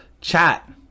Chat